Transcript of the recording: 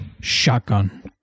shotgun